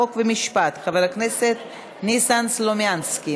חוק ומשפט חבר הכנסת ניסן סלומינסקי.